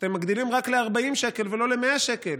שאתם מגדילים רק ל-40 שקל ולא ל-100 שקל,